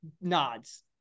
nods